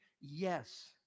Yes